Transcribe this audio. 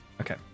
Okay